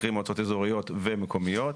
קרי מועצות אזוריות ומקומיות.